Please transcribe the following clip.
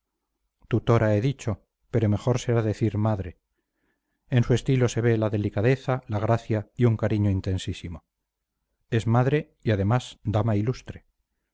tutora he dicho pero mejor será decir madre en su estilo se ve la delicadeza la gracia y un cariño intensísimo es madre y además dama ilustre